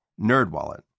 NerdWallet